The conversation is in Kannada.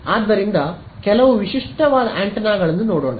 ಆದ್ದರಿಂದ ಕೆಲವು ವಿಶಿಷ್ಟವಾದ ಆಂಟೆನಾಗಳನ್ನು ನೋಡೋಣ